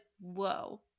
whoa